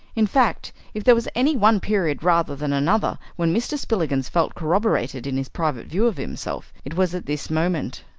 in fact, if there was any one period rather than another when mr. spillikins felt corroborated in his private view of himself, it was at this moment.